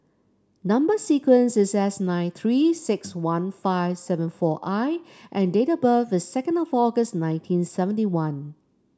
number sequence is S nine Three six one five seven four I and date of birth is second of August nineteen seventy one